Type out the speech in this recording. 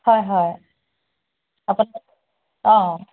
হয় হয় আপোনাৰ অ